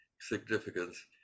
significance